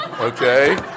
Okay